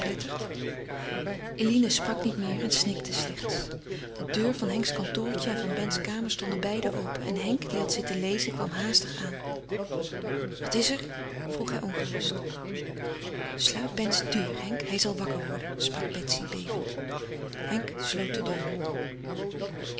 eline sprak niet meer en snikte slechts de deur van henks kantoortje en van bens kamer stonden beiden open en henk die had zitten lezen kwam haastig aan wat is er vroeg hij ongerust sluit bens deur henk hij zal wakker worden sprak betsy bevend henk sloot de deur